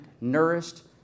Nourished